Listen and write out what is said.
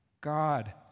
God